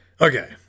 Okay